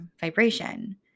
vibration